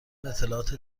اطلاعات